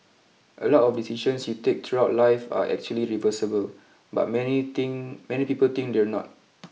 a lot of decisions you take throughout life are actually reversible but many think many people think they're not